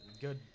Good